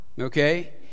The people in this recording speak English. Okay